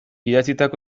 idatzitako